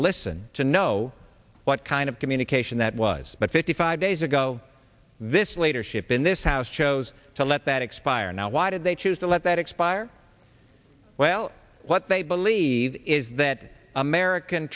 listen to know what kind of communication that was but fifty five days ago this leadership in this house chose to let that expire now why did they choose to let that expire well what they believe is that american